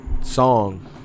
Song